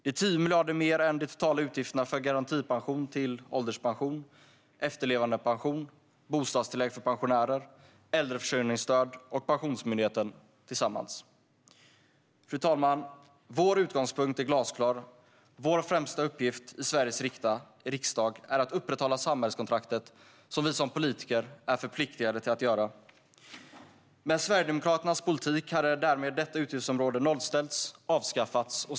Det är 10 miljarder mer än de totala utgifterna för garantipension till ålderspension, efterlevandepension, bostadstillägg för pensionärer, äldreförsörjningsstöd och Pensionsmyndigheten - tillsammans. Fru talman! Vår utgångspunkt är glasklar. Vår främsta uppgift i Sveriges riksdag är att upprätthålla samhällskontraktet, som vi som politiker är förpliktade att göra. Med Sverigedemokraternas politik hade därmed detta utgiftsområde nollställts och avskaffats.